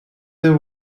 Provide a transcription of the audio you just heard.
they